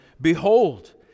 behold